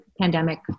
pandemic